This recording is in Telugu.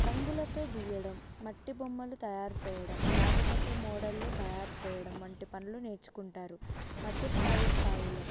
రంగులతో గీయడం మట్టి బమ్మలు తయారు చెయ్యడం కాగితపు మోడళ్ళు తయారు చెయ్యడం వంటి పనులు నేర్చుకుంటారు మధ్యస్థ స్థాయిలో